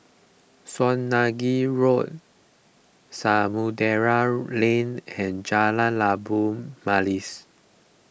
Swanage Road Samudera Lane and Jalan Labu Manis